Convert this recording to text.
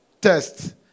test